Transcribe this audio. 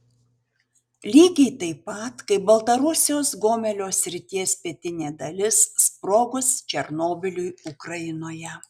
lygiai taip pat kaip baltarusijos gomelio srities pietinė dalis sprogus černobyliui ukrainoje